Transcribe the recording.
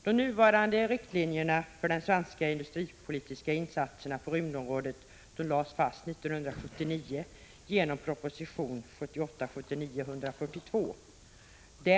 De nuvarande riktlinjerna för de svenska industripolitiska insatserna på rymdområdet lades fast 1979 i proposition 1978/79:142.